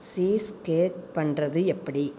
cheese cake பண்ணுறது எப்படி